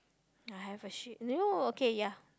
I have a sheep new okay ya